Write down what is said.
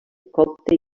copte